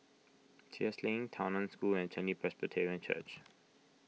Sheares Link Tao Nan School and Chen Li Presbyterian Church